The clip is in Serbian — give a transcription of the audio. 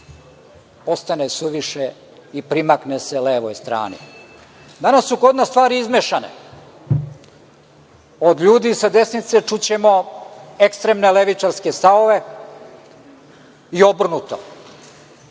postane suviše i primakne se levoj strani. Danas su kod nas stvari izmešane. Od ljudi sa desnice čućemo ekstremne levičarske stavove i obrnuto.